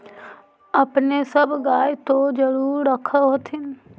अपने सब गाय तो जरुरे रख होत्थिन?